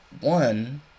one